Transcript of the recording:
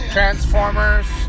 Transformers